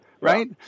right